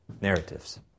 narratives